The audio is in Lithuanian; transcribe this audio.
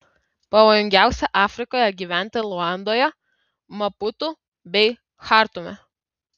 pavojingiausia afrikoje gyventi luandoje maputu bei chartume